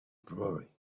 brolly